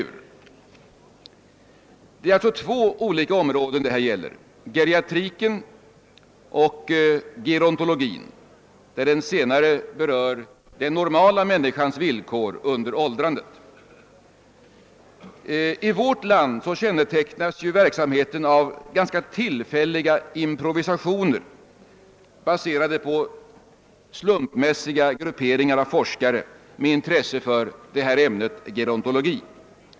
Här gäller det alltså två olika områden, geriatriken och gerontologin; den senare avser den normala människans villkor under åldrandet. I vårt land kännetecknas ju verksamheten av ganska tillfälliga improvisationer baserade på slumpmässiga grupperingar av forskare med intresse för ämnet gerontologi.